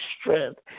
strength